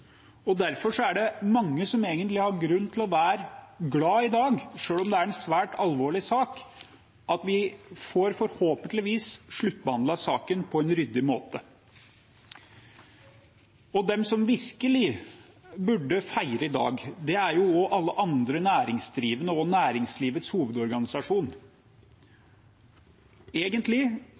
Derfor er det mange som egentlig har grunn til å være glade i dag, selv om det er en svært alvorlig sak, fordi vi forhåpentligvis får sluttbehandlet saken på en ryddig måte. De som virkelig også burde feire i dag, er alle andre næringsdrivende og Næringslivets Hovedorganisasjon. Egentlig